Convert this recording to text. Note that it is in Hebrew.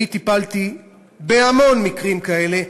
אני טיפלתי בהמון מקרים כאלה,